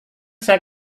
saya